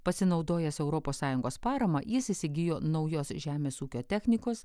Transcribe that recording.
pasinaudojęs europos sąjungos parama jis įsigijo naujos žemės ūkio technikos